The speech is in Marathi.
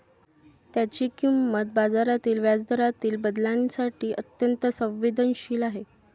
त्याची किंमत बाजारातील व्याजदरातील बदलांसाठी अत्यंत संवेदनशील आहे